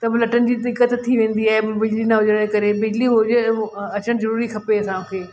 तंहिं महिल लटनि जी दिक़त थी वेंदी आहे बिजली न हुजण जे करे बिजली हुजे अचणु ज़रूरी खपे असांखे